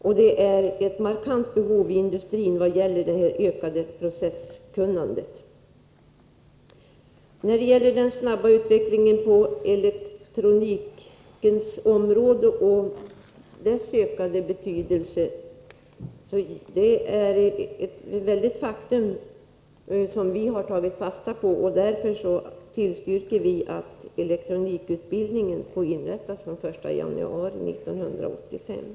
Och det finns ett markant behov inom industrin av ett ökat kunnande på processområdet. Den snabba utvecklingen på elektronikens område och elektronikens ökade betydelse är ett faktum, som vi har tagit fasta på. Därför tillstyrker vi = Nr 154